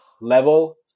level